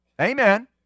Amen